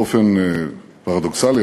באופן פרדוקסלי,